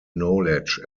knowledge